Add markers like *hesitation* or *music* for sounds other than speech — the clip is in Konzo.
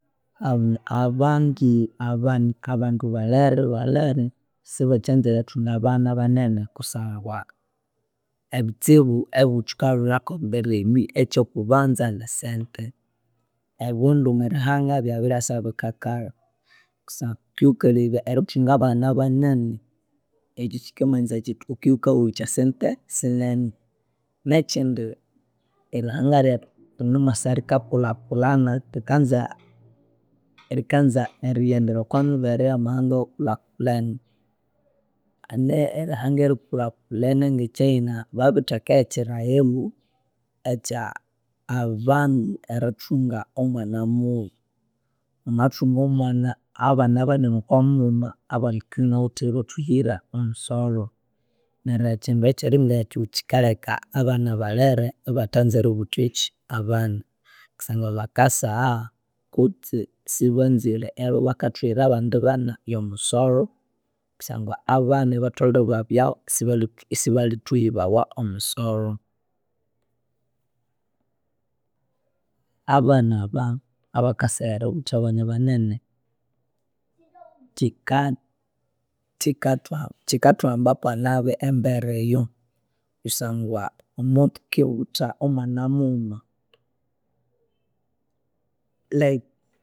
*hesitation* abangi aba- abandu balere balere sibakyanzire erithunga abana banene kusangwa ebitsibu ebithukalholhaku embere ebi ekyokubanza nisente. Ebindu mwa rihanga byabiryasa bikakalha kusangwa wukiwukalebya erithunga abana banene ekyi kyikamanyisaya kyithi wukiwukahulukya sente sinene. Nekyindi erihanga ryethu rinimwasa rikakulha kulhana rikanza rikanza eriyendera okwamibere yemahanga awakulhakulhene. Hane erihanga erikulha kulhene nge Chaina babitheka yekyilhaghiro ekya abandu erithunga omwana mughuma. Wamathunga omwana abana banene okwamughuma abandi wukibya wunawithe eribathuhira omusolo. Neryu ekyindu ekyiringa ekyu kyikaleka abana balere ibathanza eributha ekyi abana kusangwa bakasagha kutsi sibanzire eribakathuhira abandi bana bo musolho kusangwa abana ibatholere ibabyahu sibali isibalithuhibawa omusolho. Abana aba abakasagha eributha abana banene kyika *hesitation* kyikathwamba kwanabi embere eyo kusangwa nimuthikibutha omwana mughuma le